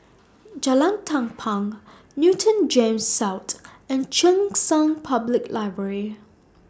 Jalan Tampang Newton Gems South and Cheng San Public Library